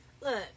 Look